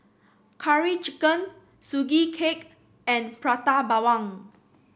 Curry Chicken Sugee Cake and Prata Bawang